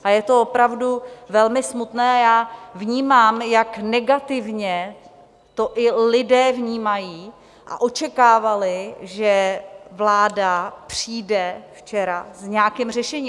A je to opravdu velmi smutné a já vnímám, jak negativně to i lidé vnímají, a očekávali, že vláda přijde včera s nějakým řešením.